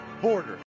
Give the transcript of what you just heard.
border